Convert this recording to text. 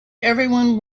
everyone